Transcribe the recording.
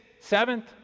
seventh